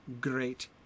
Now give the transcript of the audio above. great